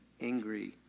angry